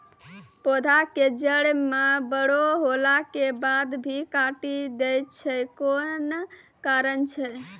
पौधा के जड़ म बड़ो होला के बाद भी काटी दै छै कोन कारण छै?